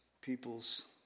people's